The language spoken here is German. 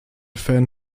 fan